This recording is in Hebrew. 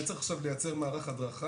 זאת אומרת אני צריך עכשיו לייצר מערך הדרכה